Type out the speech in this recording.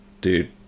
dude